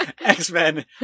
X-Men